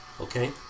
Okay